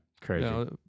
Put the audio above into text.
crazy